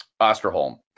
Osterholm